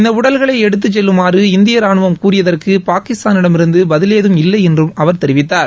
இந்த உடல்களை எடுத்து செல்லுமாறு இந்திய ராணுவம் கூறியதற்கு பாகிஸ்தானிடமிருந்து பதிலேதம் இல்லை என்று அவர் தெரிவித்தார்